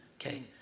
Okay